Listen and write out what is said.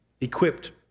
equipped